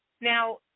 Now